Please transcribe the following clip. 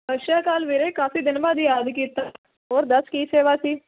ਸਤਿ ਸ਼੍ਰੀ ਅਕਾਲ ਵੀਰੇ ਕਾਫ਼ੀ ਦਿਨ ਬਾਅਦ ਯਾਦ ਕੀਤਾ ਹੋਰ ਦੱਸ ਕੀ ਸੇਵਾ ਸੀ